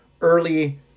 early